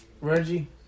Reggie